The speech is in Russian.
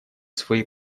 свои